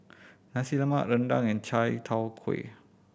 Nasi Lemak rendang and Chai Tow Kuay